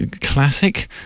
classic